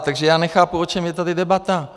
Takže nechápu, o čem je tady debata.